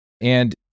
And-